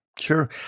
Sure